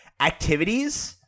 activities